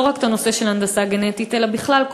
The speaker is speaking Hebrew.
רק את הנושא של הנדסה גנטית אלא בכלל,